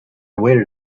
waited